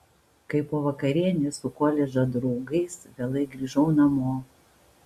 kai po vakarienės su koledžo draugais vėlai grįžau namo